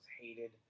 hated